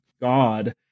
God